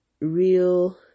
real